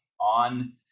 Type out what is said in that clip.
on